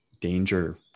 danger